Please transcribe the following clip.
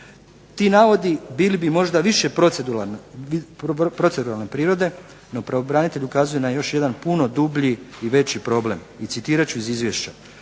Ti navodi bili možda proceduralne prirode no pravobranitelj ukazuje na puno dublji i veći problem i citirat ću iz izvješća.